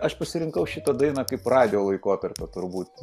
aš pasirinkau šitą dainą kaip radijo laikotarpio turbūt